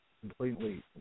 Completely